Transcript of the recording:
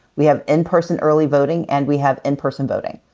we have in-person early voting, and we have in-person voting.